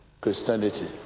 Christianity